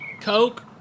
Coke